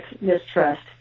mistrust